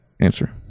answer